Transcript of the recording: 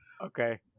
Okay